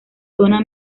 zona